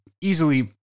easily